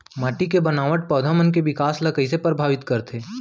माटी के बनावट पौधा मन के बिकास ला कईसे परभावित करथे